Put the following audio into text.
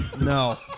No